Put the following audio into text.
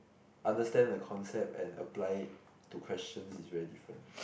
understand the concept and apply it to questions is very different